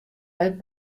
let